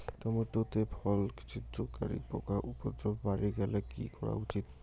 Tomato তে ফল ছিদ্রকারী পোকা উপদ্রব বাড়ি গেলে কি করা উচিৎ?